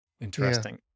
Interesting